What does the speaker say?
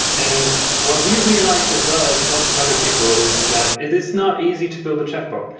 and what we realized as well as and lots of other people is that it is not easy to build a chatbot.